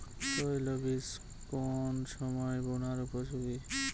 তৈল বীজ কোন সময় বোনার উপযোগী?